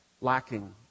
lacking